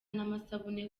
n’amasabune